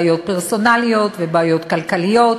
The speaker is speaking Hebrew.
בעיות פרסונליות ובעיות כלכליות,